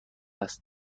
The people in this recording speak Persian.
است